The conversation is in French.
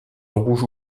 rouge